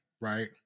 Right